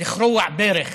לכרוע ברך